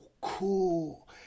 cool